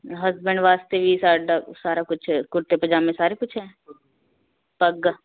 husband ਵਾਸਤੇ ਵੀ ਸਾਡਾ ਸਾਰਾ ਕੁਛ ਕੁੜਤੇ ਪਜਾਮੇ ਸਾਰੇ ਕੁਛ ਹੈ ਪੱਗ